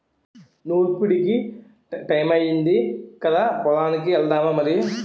నూర్పుడికి టయమయ్యింది కదా పొలానికి ఎల్దామా మరి